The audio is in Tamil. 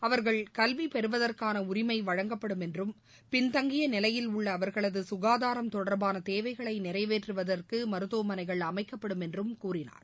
அவர்கள் கல்வி பெறுவதற்கான உரிமை வழங்கப்படும் என்றும் பின்தங்கிய நிலையில் உள்ள அவர்களது சுகாதாரம் தொடர்பான தேவைகளை நிறைவேற்றுவதற்கு மருத்துவமனைகள் அமைக்கப்படும் என்றும் கூறினார்